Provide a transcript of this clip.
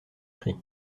christ